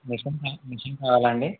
machine మే machine కావాలా అండీ